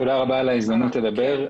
תודה רבה על ההזדמנות לדבר.